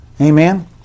Amen